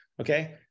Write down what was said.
okay